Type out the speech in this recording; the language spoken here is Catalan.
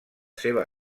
seva